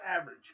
average